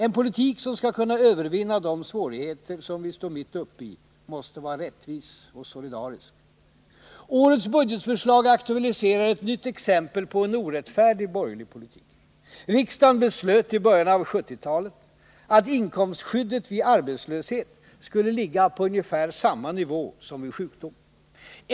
En politik som skall kunna övervinna de svårigheter som vi står mitt uppe i måste vara rättvis och solidarisk. Årets budgetförslag aktualiserar ett nytt exempel på en orättfärdig borgerlig politik. Riksdagen beslöt i början av 1970-talet att inkomstskyddet vid arbetslöshet skulle ligga på ungefär samma nivå som vid sjukdom.